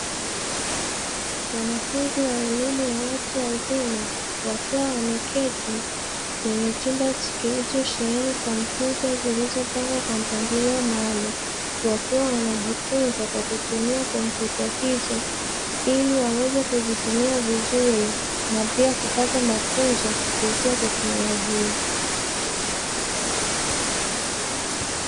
Wanafunzi wa elimu ya watu wazima wakiwa wameketi kwenye chumba kilichosheheni kompyuta zilizopangwa kwa mpangilio maalum, wakiwa wanajifunza kwa kutumia kompyuta hizo ili waweze kuzitumia vizuri na pia kupata mafunzo kupitia teknolojia.